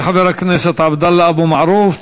תודה לחבר הכנסת עבדאללה אבו מערוף.